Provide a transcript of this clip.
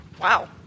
Wow